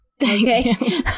Okay